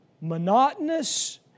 monotonous